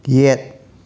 ꯌꯦꯠ